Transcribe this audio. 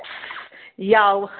ꯌꯥꯎ